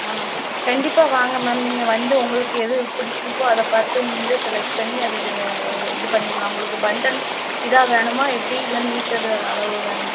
ஆ கண்டிப்பாக வாங்க மேம் நீங்கள் வந்து உங்களுக்கு எது பிடிச்சிருக்கோ அதை பார்த்து நீங்களே செலக்ட் பண்ணி அதில் இது பண்ணிடலாம் உங்களுக்கு பண்டன்ஸ் இதாக வேணுமா எப்படி இல்லை மீட்டர் வேணுமா